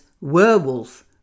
werewolf